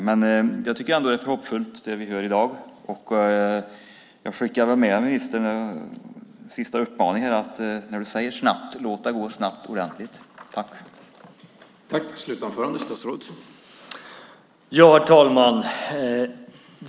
Det vi hört i dag känns dock hoppfullt, och jag skickar med ministern en sista uppmaning: När ministern säger snabbt, låt det då gå ordentligt snabbt!